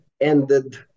ended